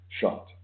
shot